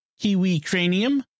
KiwiCranium